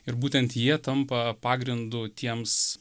ir būtent jie tampa pagrindu tiems